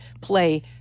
play